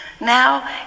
Now